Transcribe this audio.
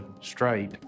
straight